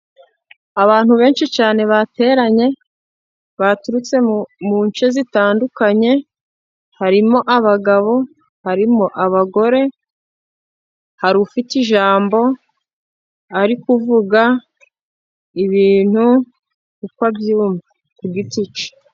Abantu benshi cyane bateranye baturutse mu duce dutandukanye, harimo abagabo harimo abagore, hari ufite ijambo ari kuvuga ibintu uko abyumva ku giti cye.